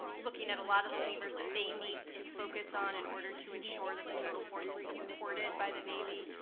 looking at a lot of the levers that they need to focus on in order to ensure that the total force is supported by the navy.